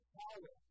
power